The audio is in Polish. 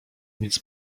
nic